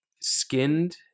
skinned